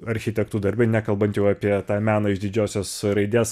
architektų darbe nekalbant jau apie tą meną iš didžiosios raidės